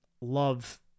love